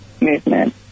movement